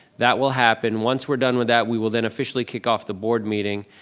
that will happen, once we're done with that, we will then officially kick off the board meeting.